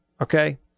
okay